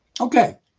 Okay